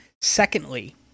secondly